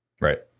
Right